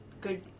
good